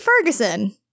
Ferguson